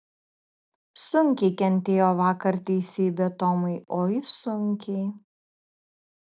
sunkiai kentėjo vakar teisybė tomai oi sunkiai